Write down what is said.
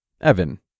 Evan